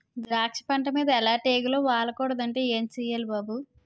ద్రాక్ష పంట మీద ఎలాటి ఈగలు వాలకూడదంటే ఏం సెయ్యాలి బాబూ?